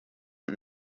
nto